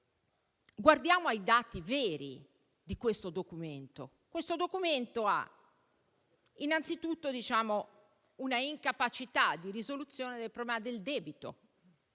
Guardiamo allora ai dati veri di questo Documento, che ha innanzitutto un'incapacità di risoluzione del problema del debito,